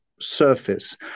surface